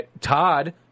Todd